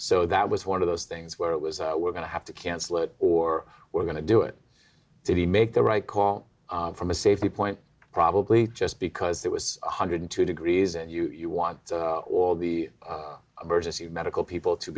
so that was one of those things where it was we're going to have to cancel it or we're going to do it did he make the right call from a safety point probably just because it was one hundred and two degrees and you want all the emergency medical people to